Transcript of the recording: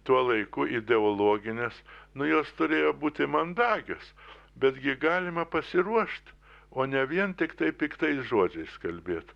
tuo laiku ideologinės nu jos turėjo būti mandagios betgi galima pasiruošt o ne vien tiktai piktais žodžiais kalbėt